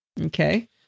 Okay